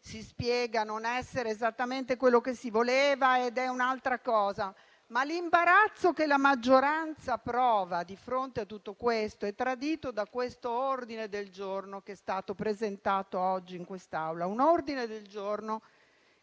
si spiega non essere esattamente quello che si voleva ed è un'altra cosa. Ma l'imbarazzo che la maggioranza prova di fronte a tutto questo è tradito dall'ordine del giorno che è stato presentato oggi in quest'Aula, un ordine del giorno